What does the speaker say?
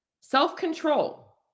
Self-control